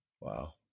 Wow